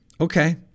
Okay